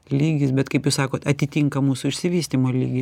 lygis bet kaip jūs sakot atitinka mūsų išsivystymo lygį